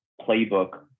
playbook